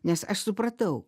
nes aš supratau